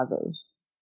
others